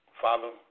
Father